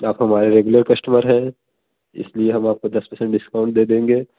आप हमारे regular customer हैं इसलिए हम आपको दस परसेंट डिस्काउंट दे देंगे